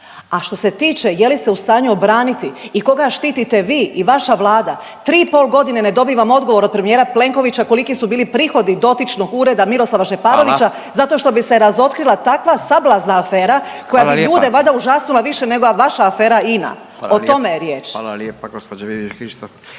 A što se tiče je li se u stanju obraniti i koga štite vi i vaša Vlada tri i pol godine ne dobivam odgovor od premijera Plenkovića koliki su bili prihodi dotičnog Ureda Miroslava Šeparovića … …/Upadica Radin: Hvala./… … zato što bi se razotkrila takva sablazna afera koja bi ljude valjda … …/Upadica Radin: Hvala lijepa./… … užasnula više nego vaša afera INA. O tome je riječ. **Radin, Furio (Nezavisni)**